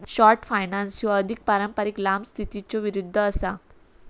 short finance ह्या अधिक पारंपारिक लांब स्थितीच्यो विरुद्ध असा